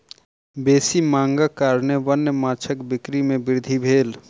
बेसी मांगक कारणेँ वन्य माँछक बिक्री में वृद्धि भेल